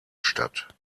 statt